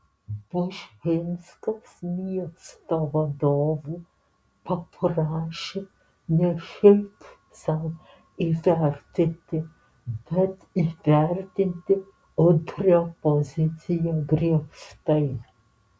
bužinskas miesto vadovų paprašė ne šiaip sau įvertinti bet įvertinti udrio poziciją griežtai